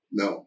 no